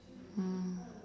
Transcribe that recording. mm